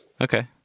Okay